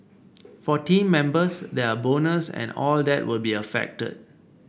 for team members their bonus and all that will be affected